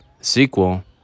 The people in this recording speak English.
sequel